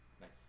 Nice